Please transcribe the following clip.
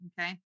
okay